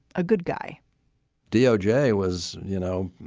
a good guy d o j. was, you know,